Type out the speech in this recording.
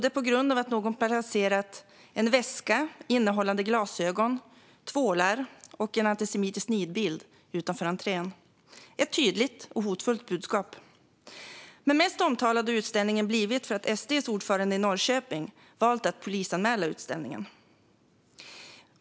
En anledning är att någon placerat en väska innehållande glasögon, tvålar och en antisemitisk nidbild utanför entrén - ett tydligt och hotfullt budskap. Men mest omtalad har utställningen blivit för att SD:s ordförande i Norrköping valt att polisanmäla utställningen.